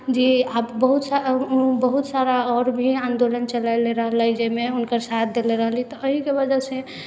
जी बहुत सारा आओर भी आन्दोलन चलेले रहलै जाहिमे हुनकर साथ देले रहलै तऽ एहिके वजहसँ